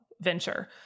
venture